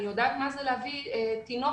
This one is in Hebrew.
אני יודעת מה זה להביא תינוק